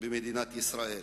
במדינת ישראל.